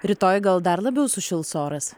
rytoj gal dar labiau sušils oras